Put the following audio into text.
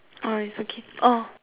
oh it is okay oh